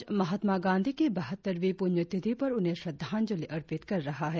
राष्ट्र आज महात्मा गांधी की बहत्तरवीं पुण्यतिथि पर उन्हें श्रद्धांजलि अर्पित कर रहा है